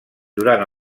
durant